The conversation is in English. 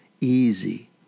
easy